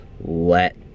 let